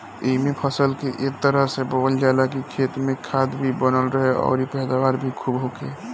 एइमे फसल के ए तरह से बोअल जाला की खेत में खाद भी बनल रहे अउरी पैदावार भी खुब होखे